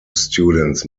students